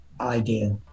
idea